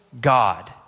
God